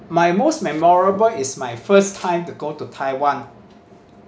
my most memorable is my first time to go to taiwan